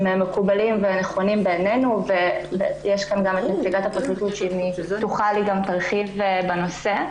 מקובלים ונכונים בעינינו ונמצאת כאן נציגת הפרקליטות שתוכל להרחיב בנושא.